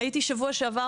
הייתי בשבוע שעבר